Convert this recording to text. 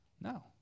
no